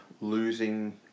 losing